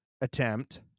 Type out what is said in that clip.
attempt